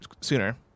sooner